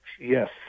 Yes